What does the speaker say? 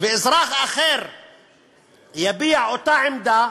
ואזרח אחר יביע אותה עמדה,